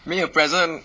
没有 present